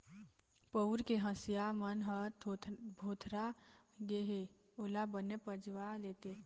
पउर के हँसिया मन ह भोथरा गे हे ओला बने पजवा लेते